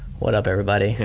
what up everybody?